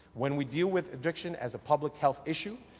when we deal with addiction as a public health issue,